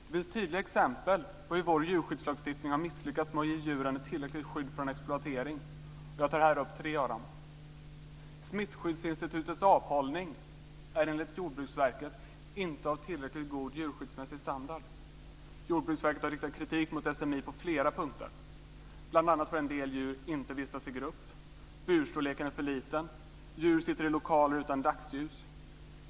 Det finns tydliga exempel på hur vår djurskyddslagstiftning har misslyckats med att ge djuren ett tillräckligt skydd mot exploatering. Jag tar här upp tre av dem. Smittskyddsinstitutets aphållning är enligt Jordbruksverket inte av tillräckligt god djurskyddsmässig standard. Jordbruksverket har riktat kritik mot SMI på flera punkter, bl.a. får en del djur inte vistas i grupp. Burstorleken är för liten. Djur sitter i lokaler utan dagsljus.